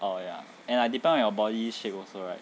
oh ya and like depend on your body shape also right